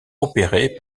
opérés